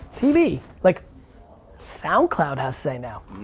tv. like soundcloud has say now.